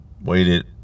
waited